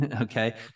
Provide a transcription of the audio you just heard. okay